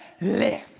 live